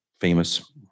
famous